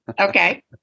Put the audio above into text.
Okay